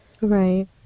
Right